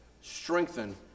strengthen